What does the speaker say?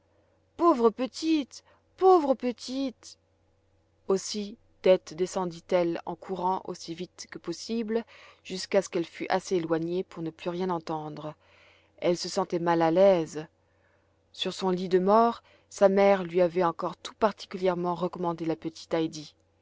pauvre petite pauvre petite aussi dete descendit elle en courant aussi vite que possible jusqu'à ce qu'elle fût assez éloignée pour ne plus rien entendre elle se sentait mal à l'aise sur son lit de mort sa mère lui avait encore tout particulièrement recommandé la petite heidi